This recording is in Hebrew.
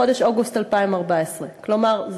הפרויקט צפוי להסתיים בחודש אוגוסט 2014. כלומר,